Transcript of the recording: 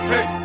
Hey